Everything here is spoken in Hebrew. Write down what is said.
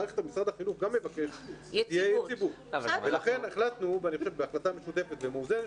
משרד החינוך גם מבקש שתהיה יציבות ולכן החלטנו בהחלטה משותפת ומאוזנת